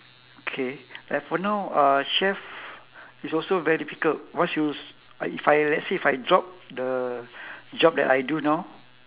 K like for now uh chef is also very difficult once you s~ if I let's say if I drop the job that I do now